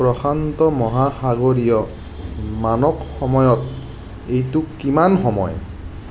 প্ৰশান্ত মহাসাগৰীয় মানক সময়ত এইটো কিমান সময়